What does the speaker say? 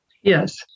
Yes